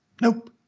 Nope